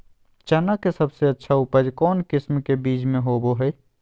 चना के सबसे अच्छा उपज कौन किस्म के बीच में होबो हय?